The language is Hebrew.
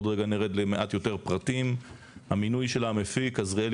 עוד רגע נראית למעט יותר פרטים; המינוי של המפיק "עזריאלי